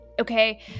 Okay